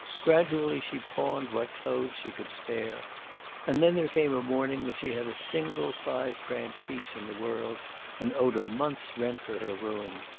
gradually she pawned what clothes she could spare and then there came a morning when she had a single five-franc piece in the world and owed a month's rent for her room.